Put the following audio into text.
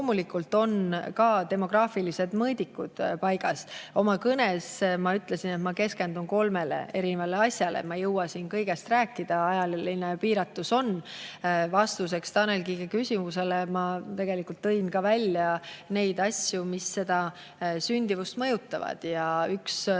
on ka demograafilised mõõdikud paigas. Oma kõnes ma ütlesin, et ma keskendun kolmele asjale. Ma ei jõua siin kõigest rääkida, ajaline piiratus on. Vastuseks Tanel Kiige küsimusele ma tegelikult tõin ka välja asju, mis sündimust mõjutavad. Üks